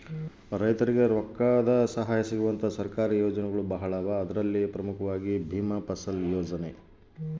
ರೈತರಿಗೆ ರೊಕ್ಕದ ಸಹಾಯ ಸಿಗುವಂತಹ ಸರ್ಕಾರಿ ಯೋಜನೆಗಳು ಯಾವುವು?